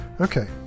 Okay